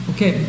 Okay